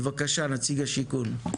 בבקשה, נציג השיכון.